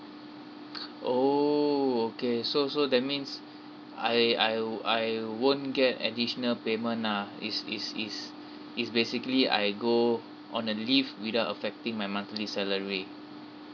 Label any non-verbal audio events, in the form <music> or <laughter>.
<breath> oh okay so so that means I I I won't get additional payment ah it's it's it's it's basically I go on a leave without affecting my monthly salary